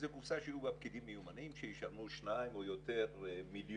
איזה קופסה שיהיו בה פקידים מיומנים שישלמו 2 או יותר מיליון